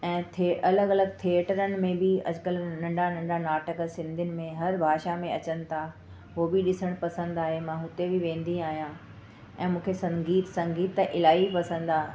ऐं थिए अलॻि अलॻि थिएटरनि में बि अजु कल्ह नन्ढा नन्ढा नाटक सिंधियुनि में हर भाषा में अचनि था उहो बि ॾिसणु पसंदि आहे मां हुते बि वेंदी आहियां ऐं मूंखे संगीत संगीत त इलाही पसंदि आहे